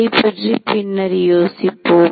இதைப் பற்றி பின்னர் யோசிப்போம்